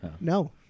No